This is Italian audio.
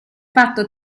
fatto